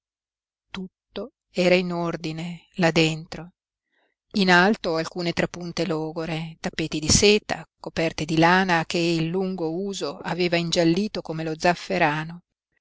tutto era in ordine là dentro in alto alcune trapunte logore tappeti di seta coperte di lana che il lungo uso aveva ingiallito come lo zafferano